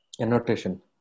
annotation